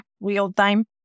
real-time